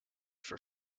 for